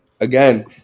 again